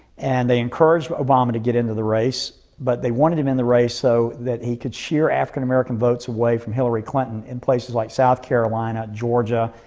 and they encouraged obama to get into the race, but they wanted him in the race so that he could sheer african-american votes away from hillary clinton in places like south carolina, georgia,